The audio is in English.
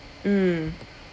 mm